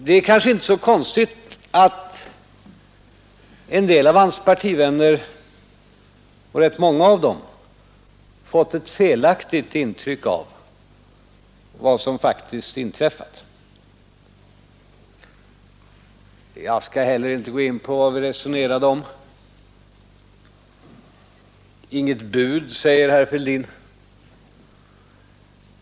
Det är kanske inte så konstigt att en del av herr Fälldins partivänner — rätt många av dem — fått ett felaktigt intryck av vad som faktiskt inträffat. Jag skall inte heller gå in på vad vi resonerade om. Det gavs inget bud, säger herr Fälldin.